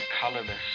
colorless